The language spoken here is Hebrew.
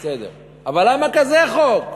בסדר, אבל למה כזה חוק?